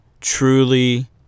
truly